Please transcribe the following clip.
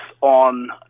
on